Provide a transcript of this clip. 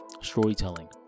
storytelling